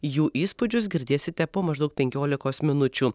jų įspūdžius girdėsite po maždaug penkiolikos minučių